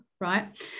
right